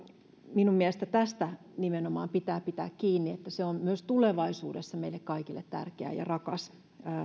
minun mielestäni tästä nimenomaan pitää pitää kiinni että se on myös tulevaisuudessa meille kaikille tärkeä ja rakas